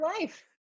life